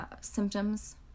symptoms